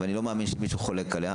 ואני לא מאמין שמישהו חולק עליה.